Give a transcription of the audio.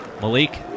Malik